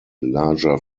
larger